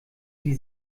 die